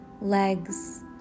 legs